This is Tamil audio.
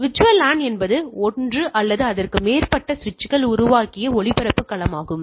எனவே VLAN என்பது ஒன்று அல்லது அதற்கு மேற்பட்ட சுவிட்சுகள் உருவாக்கிய ஒளிபரப்பு களமாகும்